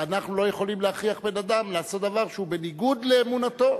אנחנו לא יכולים להכריח בן-אדם לעשות דבר שהוא בניגוד לאמונתו.